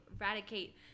eradicate